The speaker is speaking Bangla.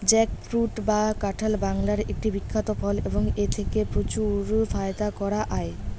জ্যাকফ্রুট বা কাঁঠাল বাংলার একটি বিখ্যাত ফল এবং এথেকে প্রচুর ফায়দা করা য়ায়